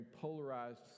polarized